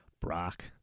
brock